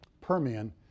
Permian